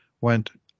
went